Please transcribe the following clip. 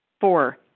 Four